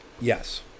Yes